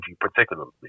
particularly